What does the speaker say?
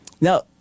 Now